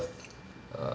err